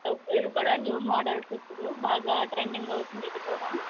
ఇ ఇవి కూడా new models ఇప్పుడు బాగా ట్రెండింగ్ అవుతుంది ఇది కూడా